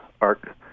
arc